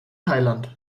thailand